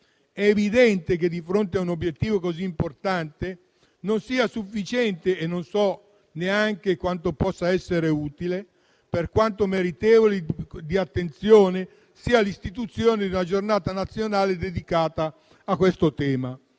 È evidente che, di fronte a un obiettivo così importante, non sia sufficiente - e non so neanche quanto possa essere utile, per quanto meritevole di attenzione - l'istituzione della Giornata nazionale dedicata a questo tema.